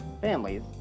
families